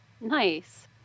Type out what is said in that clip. Nice